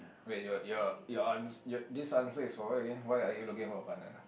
wait your your your your ans~ this answer is for what again why are you looking for a partner ah